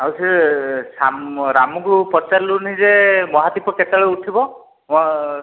ଆଉ ସେ ସାମ ରାମୁକୁ ପଚାରିଲୁନି ଯେ ମହାଦୀପ କେତେବେଳେ ଉଠିବ ହଁ